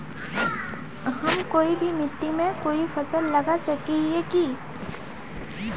हम कोई भी मिट्टी में कोई फसल लगा सके हिये की?